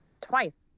Twice